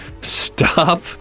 stop